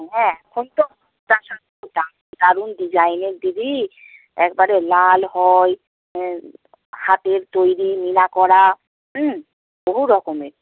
হ্যাঁ এখন তো দারুণ ডিজাইনের দিদি একবারে লাল হয় হাতের তৈরি মীনা করা বহু রকমের